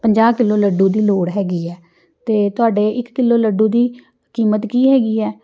ਪੰਜਾਹ ਕਿੱਲੋ ਲੱਡੂ ਦੀ ਲੋੜ ਹੈਗੀ ਹੈ ਅਤੇ ਤੁਹਾਡੇ ਇਕ ਕਿੱਲੋ ਲੱਡੂ ਦੀ ਕੀਮਤ ਕੀ ਹੈਗੀ ਹੈ